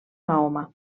mahoma